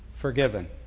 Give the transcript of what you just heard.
forgiven